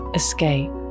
escape